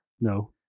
No